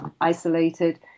isolated